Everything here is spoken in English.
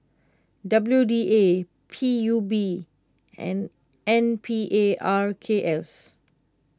W D A P U B and N P A R K S